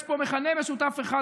יש פה מכנה משותף אחד,